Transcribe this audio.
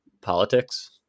politics